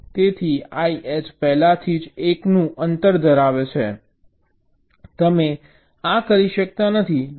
તેથી I H પહેલાથી જ 1 નું અંતર ધરાવે છે તમે આ કરી શકતા નથી